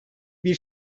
bir